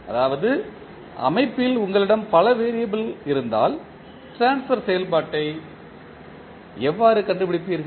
அதாவது அமைப்பில் உங்களிடம் பல வெறியபிள் இருந்தால் ட்ரான்ஸ்பர் செயல்பாட்டை எவ்வாறு கண்டுபிடிப்பீர்கள்